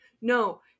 No